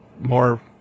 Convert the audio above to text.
more